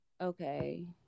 Okay